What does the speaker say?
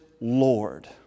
Lord